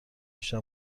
بیشتر